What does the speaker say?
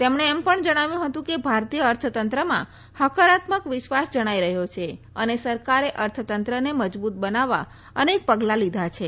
તેમણે એમ પણ જણાવ્યું હતું કે ભારતીય અર્થ તંત્રમાં હકારાત્મક વિશ્વાસ જણાઇ રહયો છે અને સરકારે અર્થ તંત્રને મજબુત બનાવવા અનેક પગલા લીધા છે